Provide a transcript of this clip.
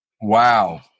Wow